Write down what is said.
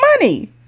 money